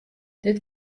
dit